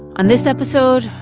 on this episode,